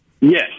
Yes